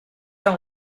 han